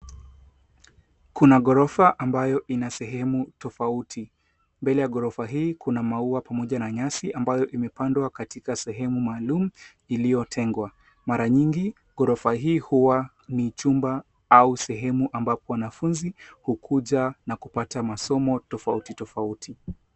Kuna ghorofa ambayo ina sehemu tofauti. Mbele ya ghorofa hii kuna maua pamoja na nyasi ambayo imepandwa katika sehemu maalum iliyotengwa. Mara nyingi ghorofa hii huwa ni chumba au sehemu ambapo wanafunzi huja na kupata masomo tofauti tofauti.